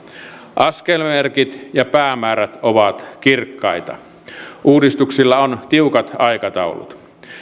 askelmerkit ja päämäärät ovat kirkkaita uudistuksilla on tiukat aikataulut